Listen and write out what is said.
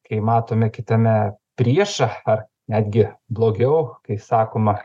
kai matome kitame priešą ar netgi blogiau kai sakoma